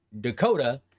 Dakota